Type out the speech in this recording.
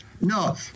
No